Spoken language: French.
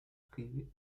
privée